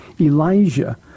Elijah